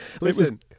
Listen